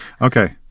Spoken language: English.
Okay